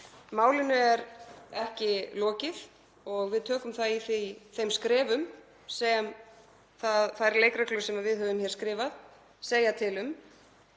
Málinu er ekki lokið og við tökum það í þeim skrefum sem þær leikreglur sem við höfum hér skrifað segja til um.